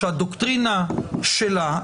שהדוקטרינה שלה,